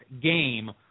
game